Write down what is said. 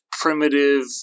primitive